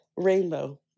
rainbow